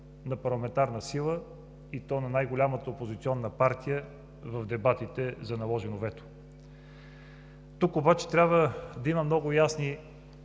на парламентарна сила – и то на най-голямата опозиционна партия, в дебатите за наложено вето. Тук обаче трябва да има много ясни